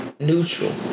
neutral